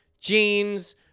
jeans